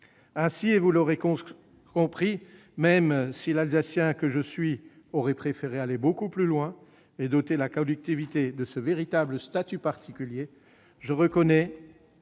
Ainsi, vous l'aurez compris, même si l'Alsacien que je suis aurait préféré aller plus loin et doter la collectivité de ce véritable statut particulier, je reconnais